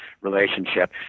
relationship